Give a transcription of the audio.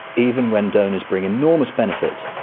even when donors bring enormous benefits,